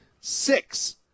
six